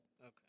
Okay